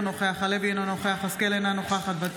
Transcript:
אינו נוכח גלית דיסטל אטבריאן,